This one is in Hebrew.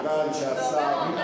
זה אומר הרבה מאוד.